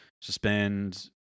Suspend